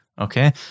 Okay